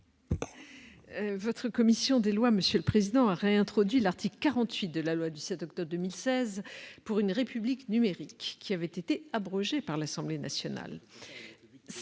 La commission des lois a réintroduit l'article 48 de la loi du 7 octobre 2016 pour une République numérique, qui avait été abrogé par l'Assemblée nationale.